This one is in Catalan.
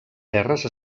terres